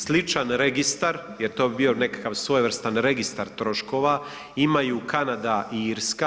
Sličan registar, jer to bi bio nekakav svojevrstan registar troškova imaju Kanada i Irska.